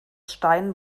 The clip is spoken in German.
stein